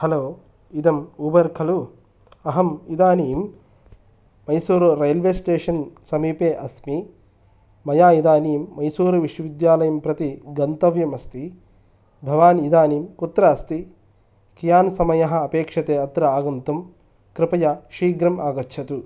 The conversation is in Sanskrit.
हलो इदम् उबर् खलु अहम् इदानीं मैसूरू रेल्वे स्टेशन् समीपे अस्मि मया इदानीं मैसूरू विश्वविद्यालयं प्रति गन्तव्यम् अस्ति भवान् इदानीं कुत्र अस्ति कियान् समयः अपेक्षते अत्र आगन्तुम् कृपया शीघ्रम् आगच्छतु